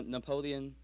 Napoleon